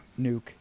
Nuke